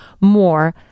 more